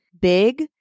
big